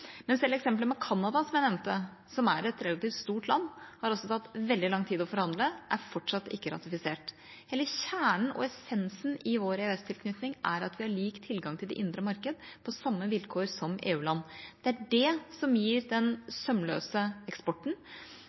Men selv eksemplet med Canada, som jeg nevnte, som er et relativt stort land, har også tatt veldig lang tid å forhandle og er fortsatt ikke ratifisert. Hele kjernen og essensen i vår EØS-tilknytning er at vi har lik tilgang til det indre marked, på samme vilkår som EU-land. Det er det som gir den sømløse eksporten,